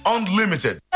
Unlimited